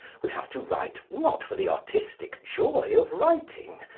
would have to write not for the artistic joy of writing,